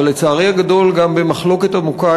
אבל לצערי הגדול אני גם במחלוקת עמוקה